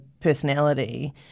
personality